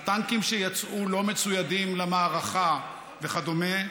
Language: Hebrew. הטנקים שיצאו לא מצוידים למערכה וכדומה,